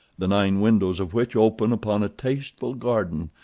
the nine windows of which open upon a tasteful garden,